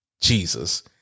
Jesus